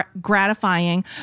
gratifying